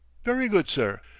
very good, sir.